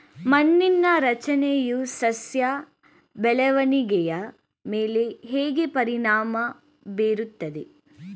ಮಣ್ಣಿನ ರಚನೆಯು ಸಸ್ಯದ ಬೆಳವಣಿಗೆಯ ಮೇಲೆ ಹೇಗೆ ಪರಿಣಾಮ ಬೀರುತ್ತದೆ?